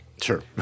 Sure